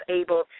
able